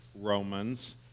Romans